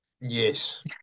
Yes